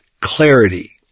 clarity